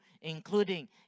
including